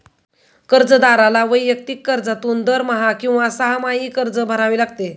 कर्जदाराला वैयक्तिक कर्जातून दरमहा किंवा सहामाही कर्ज भरावे लागते